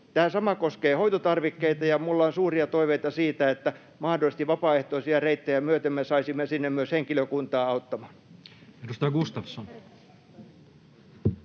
Tämä sama koskee hoitotarvikkeita. Ja minulla on suuria toiveita siitä, että mahdollisesti vapaaehtoisia reittejä myöten me saisimme sinne myös henkilökuntaa auttamaan. [Speech 97]